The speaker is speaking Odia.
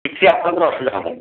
କିଛି ଆପଣଙ୍କ ଅସୁବିଧା ହେବନି